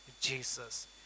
Jesus